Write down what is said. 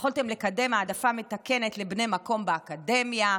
יכולתם לקדם העדפה מתקנת לבני המקום באקדמיה,